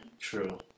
True